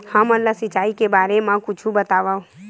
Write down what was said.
हमन ला सिंचाई के बारे मा कुछु बतावव?